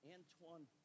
Antoine